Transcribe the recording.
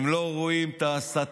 הם לא רואים את ההסתות,